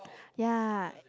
yea